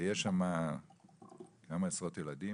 ויש שם כמה עשרות ילדים.